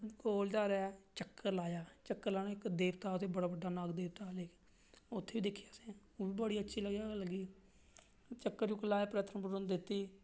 गोलधारै चक्कर लाया ते उत्थें इक्क देवता ऐ नाग देवता बड़ा बड्डा देवता ते उत्थें बी दिक्खेआ असें ओह्बी बड़ी अच्छी जगह लग्गी चक्कर लाया ते परदक्खना दित्ती